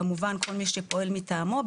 כמובן כל מי שפועל מטעמו,